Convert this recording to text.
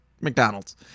McDonald's